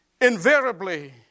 invariably